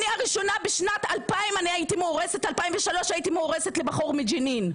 בשנת 2003 הייתי מאורסת לבחור מג'נין.